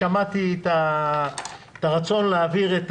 שמעתי את הרצון להעביר את